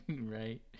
right